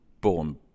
Born